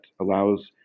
allows